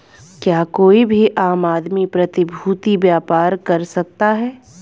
क्या कोई भी आम आदमी प्रतिभूती व्यापार कर सकता है?